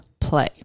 play